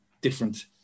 different